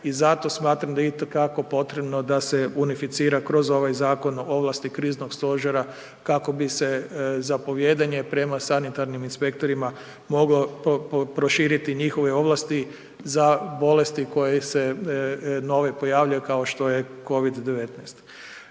i zato smatram da je itekako potrebno da se unificira kroz ovaj zakon ovlasti Kriznog stožera kako bi se zapovijedanje prema sanitarnim inspektorima moglo proširiti njihove ovlasti za bolesti koje se nove pojavljuju, kao što je COVID-19.